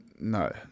no